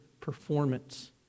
performance